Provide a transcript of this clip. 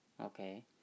okay